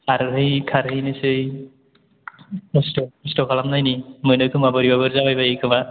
खारहै खारहैनोसै खस्थ' खस्थ' खालामनायनि मोनो खोमा बोरैबाफोर जाबायबायो खोमा